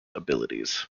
abilities